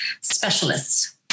specialists